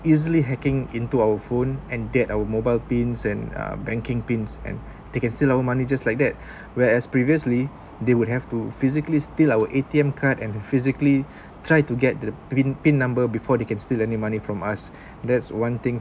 easily hacking into our phone and date our mobile pins and um banking pins and they can steal our money just like that whereas previously they would have to physically steal our A_T_M card and physically try to get the pin pin number before they can steal any money from us that's one thing